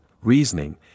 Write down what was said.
reasoning